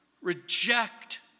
reject